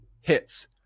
hits